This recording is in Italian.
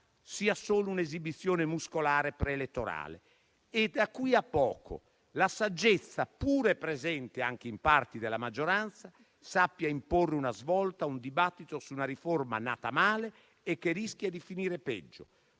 sia solo un'esibizione muscolare pre-elettorale e, da qui a poco, la saggezza, pure presente anche in parti della maggioranza, sappia imporre una svolta a un dibattito su una riforma nata male e che rischia di finire peggio;